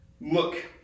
look